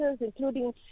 including